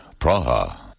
Praha